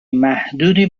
محدودی